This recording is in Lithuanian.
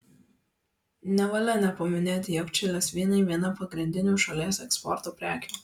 nevalia nepaminėti jog čilės vynai viena pagrindinių šalies eksporto prekių